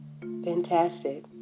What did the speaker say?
Fantastic